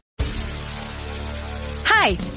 Hi